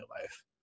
life